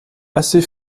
assez